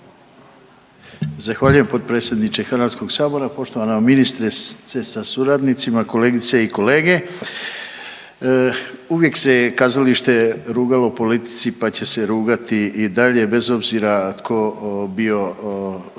Zahvaljujem potpredsjedniče HS, poštovana ministrice sa suradnicima, kolegice i kolege. Uvijek se je kazalište rugalo politici, pa će se rugati i dalje bez obzira tko bio